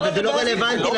אבל זה לא רלוונטי.